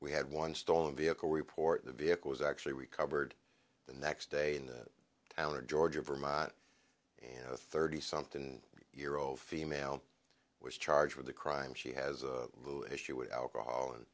we had one stolen vehicle report the vehicle was actually recovered the next day in that town or georgia vermont and thirty something year old female was charged with a crime she has a little issue with alcohol and